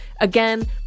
Again